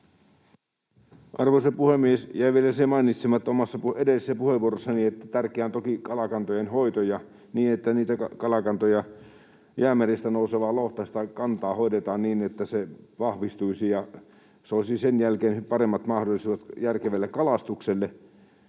Arvoisa puhemies! Jäi vielä se mainitsematta omassa edellisessä puheenvuorossani, että tärkeää on toki kalakantojen hoito, niin että Jäämerestä nousevan lohen kantaa hoidetaan niin, että se vahvistuisi ja soisi sen jälkeen paremmat mahdollisuudet järkevälle kalastukselle.